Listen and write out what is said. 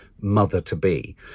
mother-to-be